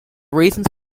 reasons